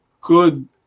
good